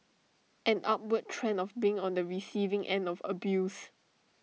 an upward trend of being on the receiving end of abuse